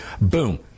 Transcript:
Boom